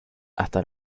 hasta